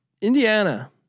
Indiana